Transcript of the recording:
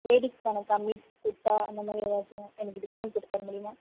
லேடீஸ்க்கான கம்மிஸ் குர்த்தா அந்தமாதிரி எதாச்சும் எனக்கு டிஸ்க்கவுண்ட் போட்டு தரமுடியுமா